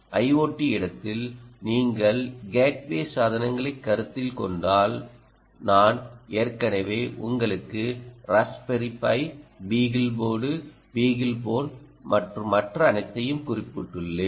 IoT இடத்தில் நீங்கள் gateway சாதனங்களை கருத்தில் கொண்டால் நான் ஏற்கனவே உங்களுக்கு Raspberry Pi Beagle board Beagle bone மற்றும் மற்ற அனைத்தையும் குறிப்பிட்டுள்ளேன்